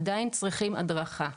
עדיין צריכים הדרכה.